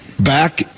Back